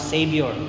Savior